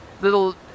little